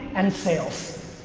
and sales.